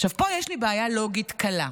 עכשיו, פה יש לי בעיה לוגית קלה,